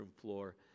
floor